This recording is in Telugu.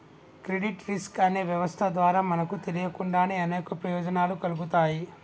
క్రెడిట్ రిస్క్ అనే వ్యవస్థ ద్వారా మనకు తెలియకుండానే అనేక ప్రయోజనాలు కల్గుతాయి